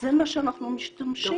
זה מה שאנחנו משתמשים.